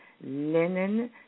linen